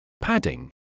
Padding